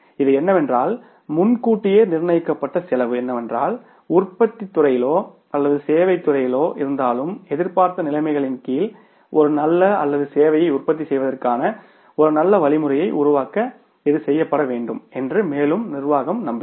இது என்னவென்றால் முன்கூட்டியே நிர்ணயிக்கப்பட்ட செலவு என்னவென்றால் உற்பத்தித் துறையிலோ அல்லது சேவைத் துறையிலோ இருந்தாலும் எதிர்பார்த்த நிலைமைகளின் கீழ் ஒரு நல்ல அல்லது சேவையை உற்பத்தி செய்வதற்கான ஒரு நல்ல வழிமுறையை உருவாக்க இது செய்யப்பட வேண்டும் என்று மேலும் நிர்வாகம் நம்புகிறது